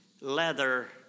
leather